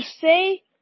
say